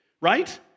right